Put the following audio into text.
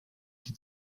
die